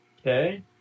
Okay